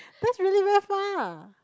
that's really very far